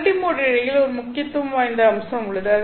multimode இழையில் ஒரு முக்கியத்துவம் வாய்ந்த அம்சம் உள்ளது